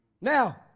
now